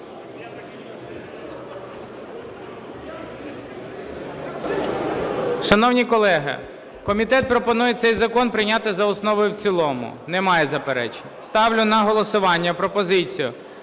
Шановні колеги, комітет пропонує цей закон прийняти за основу і в цілому. Немає заперечень? Ставлю на голосування пропозицію